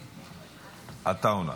עטאונה.